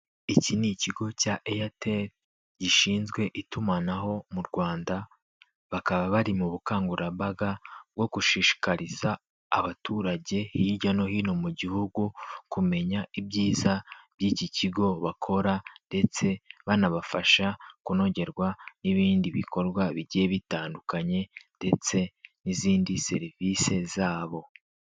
Iki ni ikigo cya Eyateri gishinzwe itumanaho mu Rwanda. Bakaba bari mu bukangurambaga bwo gishishikariza abaturage hirya no hino mu gihugu, kumenya ibyiza by'iki kigo bakora, ndetse banabafasha kunogerwa n'ibindi bikorwa bigiye bitandukanye, ndetse n'izindi serivisi zabo.